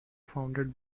founded